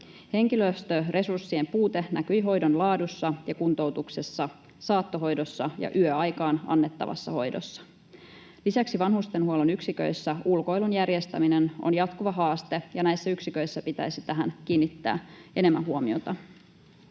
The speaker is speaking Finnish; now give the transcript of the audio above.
Henkilöstöresurssien puute näkyi hoidon laadussa ja kuntoutuksessa, saattohoidossa ja yöaikaan annettavassa hoidossa. Lisäksi vanhustenhuollon yksiköissä ulkoilun järjestäminen on jatkuva haaste, ja näissä yksiköissä pitäisi tähän kiinnittää enemmän huomiota.